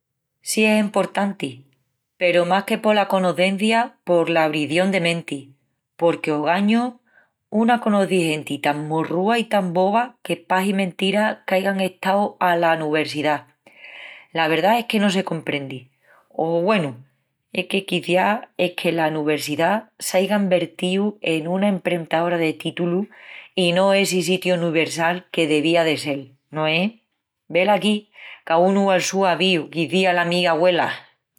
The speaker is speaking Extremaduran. Sí, es emportanti, peru más que pola conocencia, pola abrición de menti. Porque ogañu una conoci genti tan morrúa i tan boba que pahi mentira qu'aigan estau ala nuversidá. La verdá es que no se comprendi o, güenu, es que quiciás es que la nuversidá s'aiga envertíu en una emprentaora de títulus i no essi sitiu nuversal que devía de sel, no es? Velaquí, caúnu al su avíu, qu'izía la mi agüela!